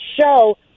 show